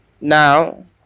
Now